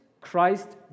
Christ